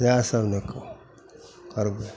वएहसब ने के करबै